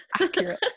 accurate